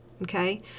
Okay